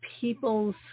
people's